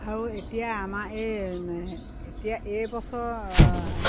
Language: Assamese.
আৰু এতিয়া আমাৰ এই এতিয়া এই বছৰৰ